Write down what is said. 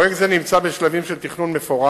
פרויקט זה נמצא בשלבים של תכנון מפורט